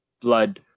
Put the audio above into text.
Blood